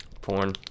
Porn